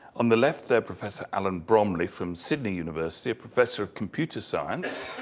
on the left there, professor allan bromley from sydney university, a professor of computer science.